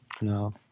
no